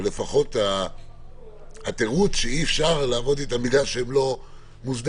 או לפחות התירוץ שאי אפשר לעבוד אתם בגלל שהם לא מוסדרים,